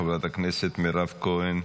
חברת הכנסת מירב כהן,